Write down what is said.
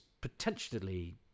potentially